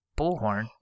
bullhorn